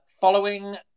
Following